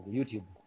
YouTube